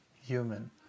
human